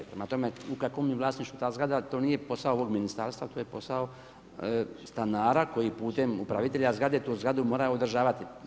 Prema tome, u kakvom je vlasništvu ta zgrada to nije posao ovog ministarstva, to je posao stanara koji putem upravitelja zgrade tu zgradu mora održavati.